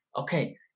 Okay